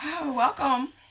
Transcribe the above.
welcome